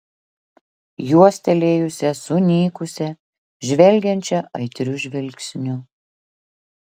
juostelėjusią sunykusią žvelgiančią aitriu žvilgsniu